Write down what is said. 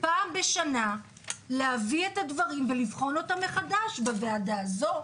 פעם בשנה להביא את דברים ולבחון אותם מחדש בוועדה הזו,